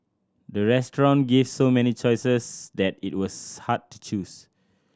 the restaurant gave so many choices that it was hard to choose